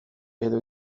edo